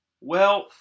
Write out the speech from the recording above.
wealth